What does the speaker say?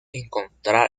encontrar